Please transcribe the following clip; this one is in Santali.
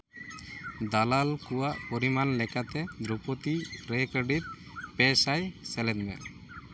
ᱫᱟᱞᱟᱞ ᱠᱚᱣᱟᱜ ᱯᱚᱨᱤᱢᱟᱱ ᱞᱮᱠᱟᱛᱮ ᱫᱨᱳᱯᱚᱫᱤ ᱨᱮ ᱠᱟᱹᱣᱰᱤ ᱯᱮ ᱥᱟᱭ ᱥᱮᱞᱮᱫ ᱢᱮ